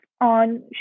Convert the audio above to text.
on